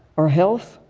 our health?